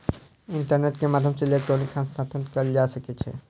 internet के माध्यम सॅ इलेक्ट्रॉनिक हस्तांतरण कयल जा सकै छै